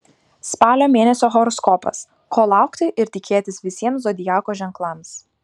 spalio mėnesio horoskopas ko laukti ir tikėtis visiems zodiako ženklams